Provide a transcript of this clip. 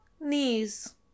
knees